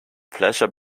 pleasure